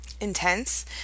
intense